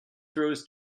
throws